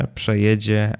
przejedzie